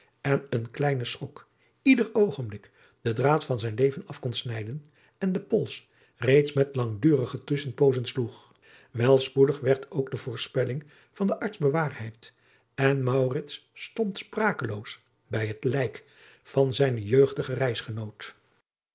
en een kleine schok ieder oogenblik den draad van zijn leven af kon snijden en de pols reeds met langdurige tusschenpoozen sloeg wel spoedig werd ook de voorspelling van den arts bewaarheid en maurits stond sprakejoos bij het lijk van zijnen jeugdigen